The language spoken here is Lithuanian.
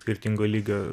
skirtingo lygio